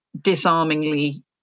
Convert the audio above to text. disarmingly